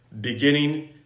beginning